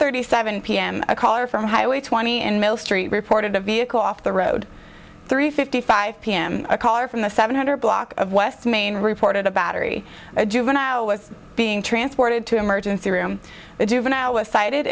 thirty seven pm a caller from highway twenty in mill street reported a vehicle off the road three fifty five p m a caller from the seven hundred block of west main reported a battery a juvenile was being transported to emergency room the juvenile was cited